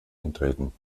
antreten